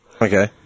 Okay